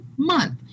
Month